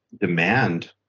demand